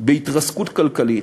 בהתרסקות כלכלית.